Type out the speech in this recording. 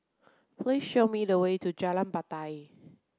please show me the way to Jalan Batai